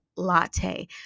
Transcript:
latte